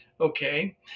okay